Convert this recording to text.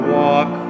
walk